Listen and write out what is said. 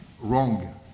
wrong